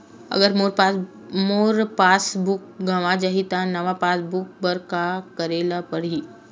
अगर मोर passbook गवां जाहि त नवा पास बुक बर का करे ल पड़हि?